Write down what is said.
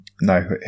No